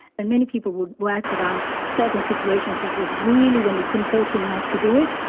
and many people would work around certain situations which is really when it's important not to do it,